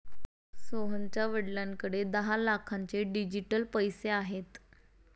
सोहनच्या वडिलांकडे दहा लाखांचे डिजिटल पैसे आहेत